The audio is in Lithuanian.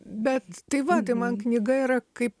bet tai va man knyga yra kaip